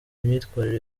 imyitwarire